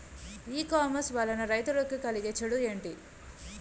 ఈ కామర్స్ వలన రైతులకి కలిగే చెడు ఎంటి?